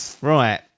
Right